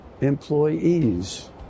employees